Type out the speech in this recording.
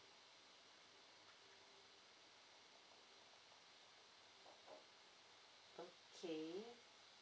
okay